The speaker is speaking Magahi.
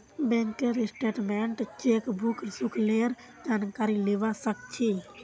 बैंकेर स्टेटमेन्टत चेकबुक शुल्केर जानकारी लीबा सक छी